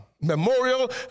memorial